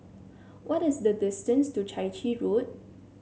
what is the distance to Chai Chee Road